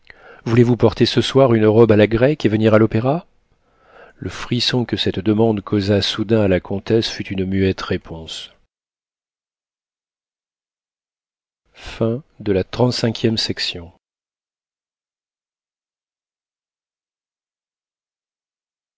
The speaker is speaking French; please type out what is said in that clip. voulez-vous porter ce soir une robe à la grecque et venir à l'opéra le frisson que cette demande causa soudain à la comtesse fut une muette réponse